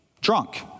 drunk